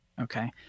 Okay